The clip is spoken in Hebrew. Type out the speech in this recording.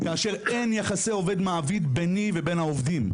כאשר אין יחסי עובד-מעביד ביני לבין העובדים.